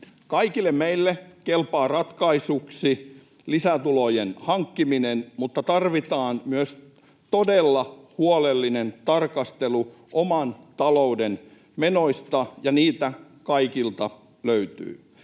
Kaikille meille kelpaa ratkaisuksi lisätulojen hankkiminen, mutta tarvitaan myös todella huolellinen tarkastelu oman talouden menoista, ja niitä kaikilta löytyy.